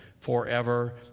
forever